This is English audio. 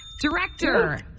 director